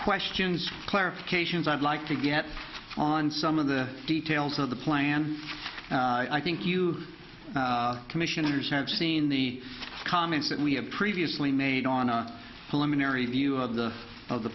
questions for clarification's i'd like to get on some of the details of the plan i think you commissioners have seen the comments that we have previously made on a pulmonary view of the of the